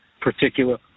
particular